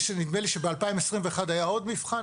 נדמה לי שב-2021 היה עוד מבחן,